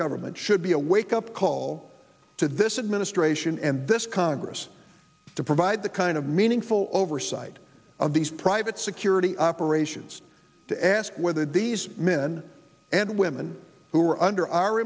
government should be a wake up call to this administration and this congress to provide the kind of meaningful oversight of these private security operations to ask whether these men and women who are under our